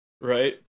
right